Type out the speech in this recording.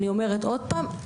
אני אומרת עוד פעם,